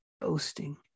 boasting